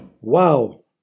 Wow